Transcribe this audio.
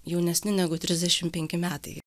jaunesni negu trisdešim penki metai